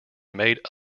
made